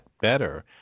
better